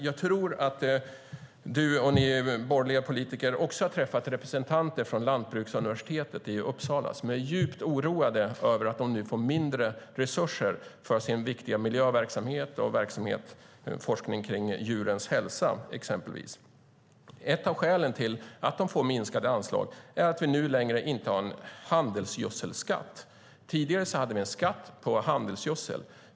Jag tror att även du och ni borgerliga politiker har träffat representanter från Lantbruksuniversitetet i Uppsala, som är djupt oroade över att de nu får mindre resurser för sin viktiga miljöverksamhet och forskning kring exempelvis djurens hälsa. Ett av skälen till att de får minskade anslag är att vi inte längre har en handelsgödselskatt. Tidigare hade vi en skatt på handelsgödsel.